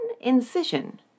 incision